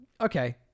okay